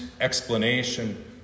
explanation